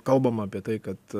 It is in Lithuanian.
kalbam apie tai kad